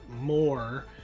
more